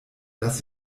das